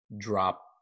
drop